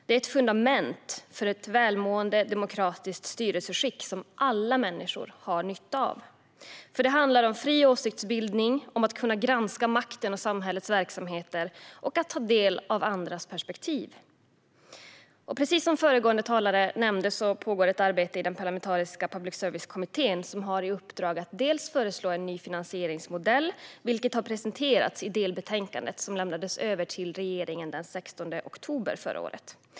Det är ett fundament för ett välmående demokratiskt styrelseskick som alla människor har nytta av. Det handlar om fri åsiktsbildning, om att kunna granska makten och samhällets verksamheter och om att ta del av andra perspektiv. Precis som föregående talare nämnde pågår ett arbete i den parlamentariska public service-kommittén. Den har i uppdrag att dels föreslå en ny finansieringsmodell, vilken har presenterats i det delbetänkande som lämnades över till regeringen den 16 oktober förra året.